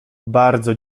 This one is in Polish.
bardzo